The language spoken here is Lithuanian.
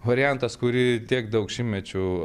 variantas kurį tiek daug šimtmečių